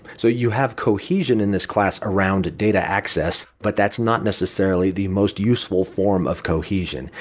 so you have cohesion in this class around a data access, but that's not necessarily the most useful form of cohesion,